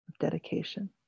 dedication